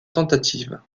tentative